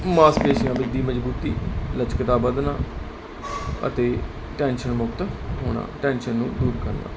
ਮਾਸ ਪੇਸੀਆਂ ਦੀ ਮਜਬੂਤੀ ਲਚਕ ਦਾ ਵਧਣਾ ਅਤੇ ਟੈਨਸ਼ਨ ਮੁਕਤ ਟੈਨਸ਼ਨ ਹੋਣ ਟੈਨਸ਼ਨ ਨੂੰ ਦੂਰ ਕਰਨਾ